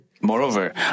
Moreover